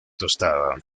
tostada